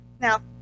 Now